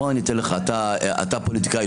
אתה פוליטיקאי,